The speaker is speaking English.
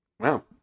Wow